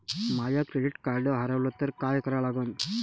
माय credit card हारवलं तर काय करा लागन?